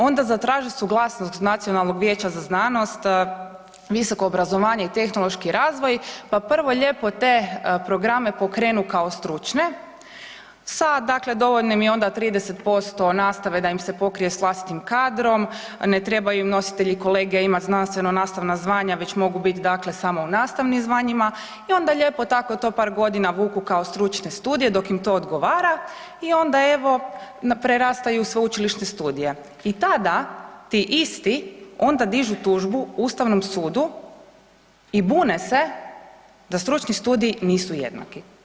Onda zatraže suglasnost Nacionalnog vijeća za znanost, visoko obrazovanje i tehnološki razvoj pa prvo lijepo te programe pokrenu kao stručne sa dakle dovoljno im je onda 30% nastave da se im pokrije s vlastitim kadrom, ne trebaju im nositelji kolegija, ima znanstveno nastavna zvanja, već mogu biti dakle samo u nastavnim zvanjima i onda lijepo tako to par godina vuku kao stručne studije dok im to odgovara i onda evo, prerastaju u sveučilišne studije i tada ti isti onda dižu tužbu Ustavnom sudu i bune se da stručni studiji nisu jednaki.